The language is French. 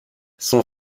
son